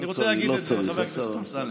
אני רוצה להגיד את זה, חבר הכנסת אמסלם.